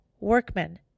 workmen